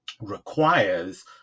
requires